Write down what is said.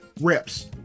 reps